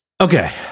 Okay